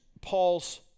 Paul's